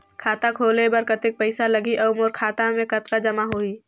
खाता खोले बर कतेक पइसा लगही? अउ मोर खाता मे कतका जमा होही?